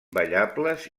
ballables